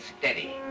steady